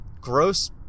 gross